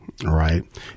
Right